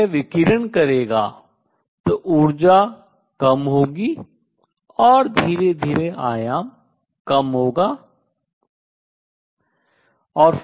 जब यह विकिरण करेगा तो ऊर्जा नीचे जाएगी कम होगी और धीरे धीरे यह आयाम नीचे जाएगा कम होगा